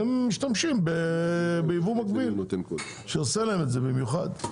הם משתמשים ביבוא מקביל שעושה להם את זה במיוחד.